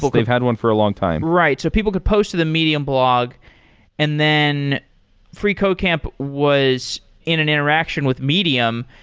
they've had one for a long time rights. so people could post to the medium blog and then freecodecamp was in an interaction with medium,